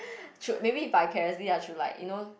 maybe vicariously lah through like you know